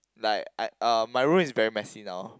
like I uh my room is very messy now